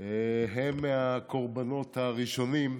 הם הקורבנות הראשונים,